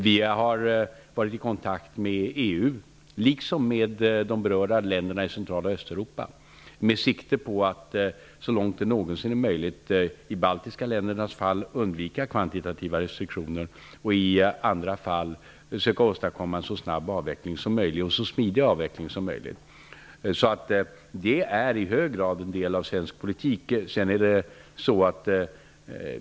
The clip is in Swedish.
Vi har varit i kontakt med EU, liksom med de berörda länderna i centrala Östeuropa, med sikte på att så långt det någonsin är möjligt i de baltiska ländernas fall undvika kvantitativa restriktioner och i andra fall försöka åstadkomma en så snabb och så smidig avveckling som möjligt. Det är i hög grad en del av svensk politik.